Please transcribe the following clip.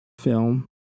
film